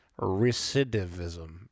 Recidivism